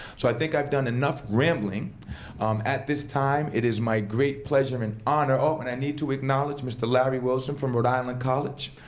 so i think i've done enough rambling at this time. it is my great pleasure and honor oh, and i need to acknowledge mister larry wilson, from rhode island college,